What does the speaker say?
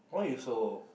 why you so